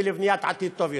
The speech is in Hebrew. ולבניית עתיד טוב יותר.